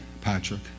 Patrick